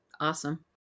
Awesome